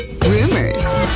rumors